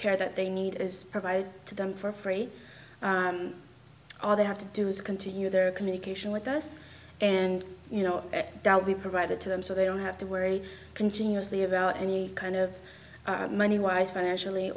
care that they need is provided to them for free all they have to do is continue their communication with us and you know we provided to them so they don't have to worry continuously about any kind of money wise financially